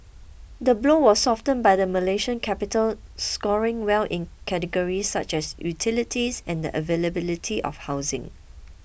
the blow was softened by the Malaysian capital scoring well in categories such as utilities and the availability of housing